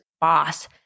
boss